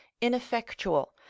ineffectual